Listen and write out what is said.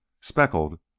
speckled